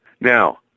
Now